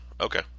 okay